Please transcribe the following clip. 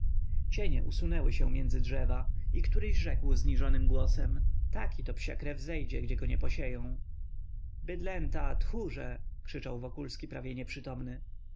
cienie usunęły się między drzewa i któryś rzekł zniżonym głosem taki to psiakrew zejdzie gdzie go nie posieją bydlęta tchórze krzyczał wokulski prawie nieprzytomny